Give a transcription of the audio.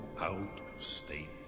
out-of-state